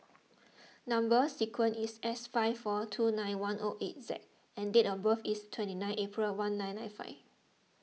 Number Sequence is S five four two nine one O eight Z and date of birth is twenty nine April one nine nine five